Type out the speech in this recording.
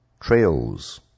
trails